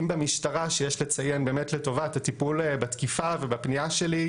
אם במשטרה שיש לציין באמת לטובה את הטיפול בתקיפה ובפנייה שלי,